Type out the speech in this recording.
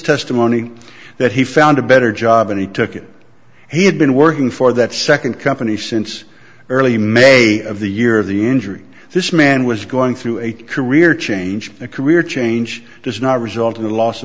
testimony that he found a better job and he took it he had been working for that second company since early may of the year of the injury this man was going through a career change a career change does not result in the los